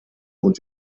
und